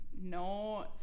no